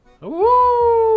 Woo